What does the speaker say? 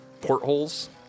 portholes